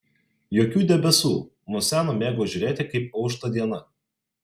jokių debesų nuo seno mėgau žiūrėti kaip aušta diena